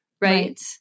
Right